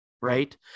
right